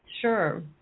Sure